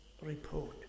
report